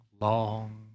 long